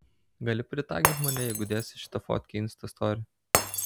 gali pritagint mane jeigu dėsi šitą fotkę į insta story